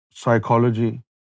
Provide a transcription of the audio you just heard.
psychology